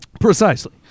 Precisely